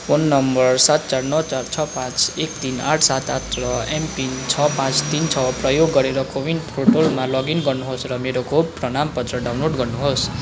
phone number सात चार नौ चार छ पाँच एक तिन आठ सात आठ र एमपिन छ पाँच तिन छ प्रयोग गरेर को विन पोर्टलमा लगइन गर्नुहोस् र मेरो खोप प्रमाणपत्र डाउनलोड गर्नुहोस्